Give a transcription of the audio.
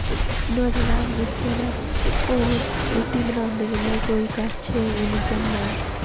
नुआढ़े बाद जेह्के तां और रुट्टी बनांदे बेल्लै कोई किश नि करना ऐ